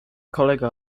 kolega